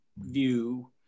view